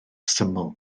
syml